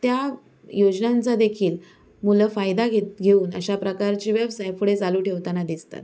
त्या योजनांचा देखील मुलं फायदा घेत घेऊन अशा प्रकारचे व्यवसाय पुढे चालू ठेवताना दिसतात